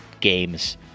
games